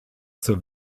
zur